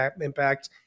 impact